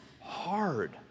hard